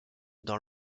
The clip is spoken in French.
dans